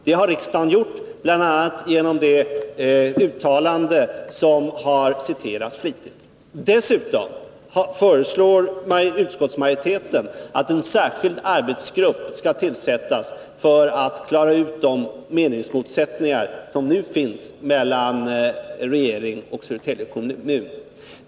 Det har riksdagen gjort, bl.a. genom det uttalande som har citerats flitigt. Dessutom föreslår utskottsmajoriteten att en särskild arbetsgrupp skall tillsättas för att klara ut de meningsmotsättningar som nu finns mellan regeringen och Södertälje kommun.